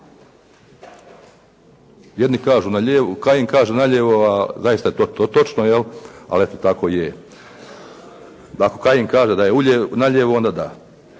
Jedni kažu na lijevu, Kajin kaže na lijevo, a zaista je to točno jel', ali eto tako je. Ako Kajin kaže da je na lijevo, onda da.